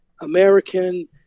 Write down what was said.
American